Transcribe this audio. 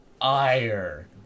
ire